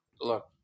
look